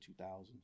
2000s